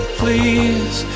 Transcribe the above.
please